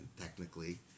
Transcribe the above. technically